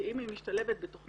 כי אם היא משתלבת בתכנית,